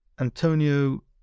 Antonio